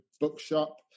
bookshop